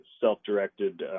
self-directed